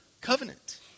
covenant